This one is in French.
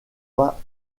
pas